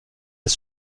des